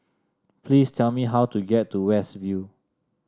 please tell me how to get to West View